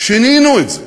שינינו את זה.